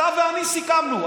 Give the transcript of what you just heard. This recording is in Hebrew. אתה ואני סיכמנו,